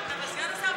אבל סגן השר,